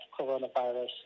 coronavirus